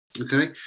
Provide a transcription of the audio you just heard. okay